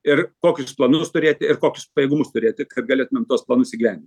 ir kokius planus turėti ir kokius pajėgumus turėti kad galėtumėm tuos planus įgyvendint